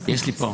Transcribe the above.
יש לי פה.